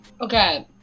Okay